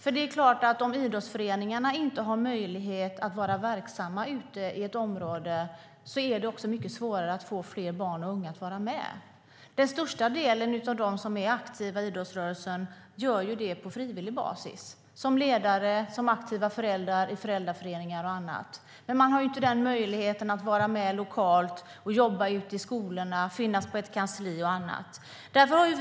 Det är klart att om idrottsföreningarna inte har möjlighet att vara verksamma i ett område är det också mycket svårare att få fler barn och unga att vara med. Den största delen av dem som är aktiva i idrottsrörelsen är det på frivillig basis - som ledare, aktiva föräldrar i föräldraföreningar och annat. Men möjligheten att vara med lokalt, att jobba ute i skolorna, att finnas på ett kansli och annat har man inte.